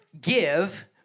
Give